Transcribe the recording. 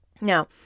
Now